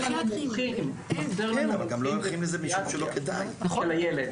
לנו מומחים בפסיכיאטריה של הילד,